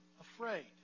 afraid